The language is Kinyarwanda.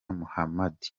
muhamadi